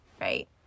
Right